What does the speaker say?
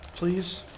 Please